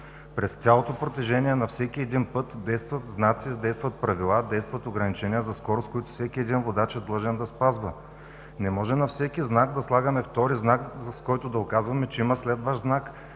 През цялото протежение на всеки път действат знаци, действат правила, действат ограничения за скорост, които всеки водач е длъжен да спазва. Не може на всеки знак да слагаме втори знак, с който да указваме, че има следващ знак.